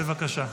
בבקשה.